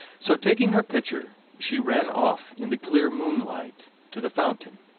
so taking her pitcher, she ran off in the clear moonlight to the fountain,